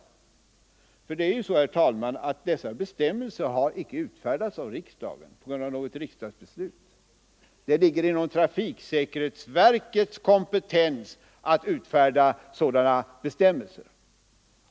Ty det är ju så, herr talman, att dessa bestämmelser har icke utfärdats av riksdagen, utan det ligger inom trafiksäkerhetsverkets kompetens att utfärda sådana bestämmelser.